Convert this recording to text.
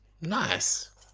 Nice